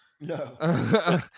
No